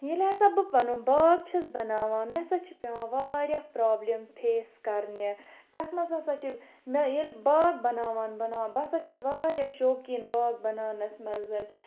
ییٚلہِ ہسا بہٕ پَنُن باغ چھَس بناوان مےٚ ہسا چھُ پٮ۪وان واریاہ پرٛابلِم فیس کَرنہِ تتھ منٛز ہسا چھ مےٚ ییٚلہِ باغ بناوان بَناوان بہٕ ہسا چھَس واریاہ شوقیٖن باغ بناونَس منٛز